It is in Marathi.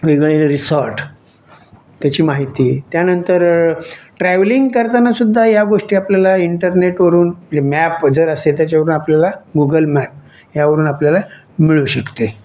वेगवेगळे रिसॉर्ट त्याची माहिती त्यानंतर ट्रॅव्हलिंग करताना सुद्धा या गोष्टी आपल्याला इंटरनेटवरून म्हणजे मॅप जर असेल त्याच्यावरून आपल्याला गुगल मॅप यावरून आपल्याला मिळू शकते